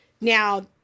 Now